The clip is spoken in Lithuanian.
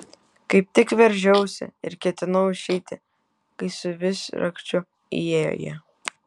kaip tik veržiausi ir ketinau išeiti kai su visrakčiu įėjo jie